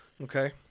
Okay